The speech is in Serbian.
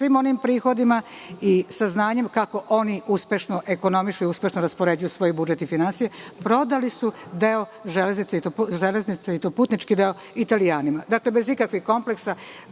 svim onim prihodima i saznanjem kako oni uspešno ekonomišu i raspoređuju svoj budžet i finansije, prodali, i to putnički deo, Italijanima. Dakle, bez ikakvih kompleksa,